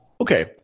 Okay